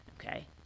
Okay